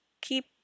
keep